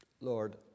Lord